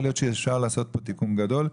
יכול להיות שאפשר לעשות פה תיקון גדול,